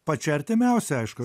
pačia artimiausia aišku